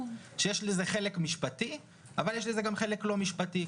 יש לזה חלק משפטי אבל יש לזה גם חלק לא משפטי.